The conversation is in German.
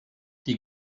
die